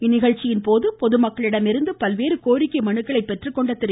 இந்நிகழ்ச்சியில் பொதுமக்களிடமிருந்து பல்வேறு கோரிக்கை மனுக்களை பெற்றுக்கொண்ட திரு